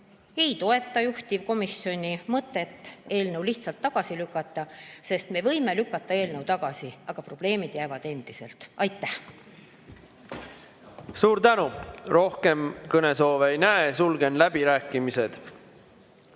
ei toeta juhtivkomisjoni otsust eelnõu lihtsalt tagasi lükata, sest me võime lükata eelnõu tagasi, aga probleemid jäävad endiselt. Aitäh! Suur tänu! Rohkem kõnesoove ei näe, sulgen läbirääkimised.